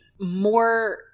more